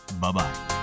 Bye-bye